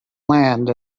land